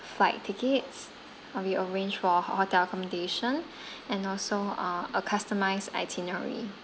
flight tickets uh we arrange for ho~ hotel accommodation and also uh a customised itinerary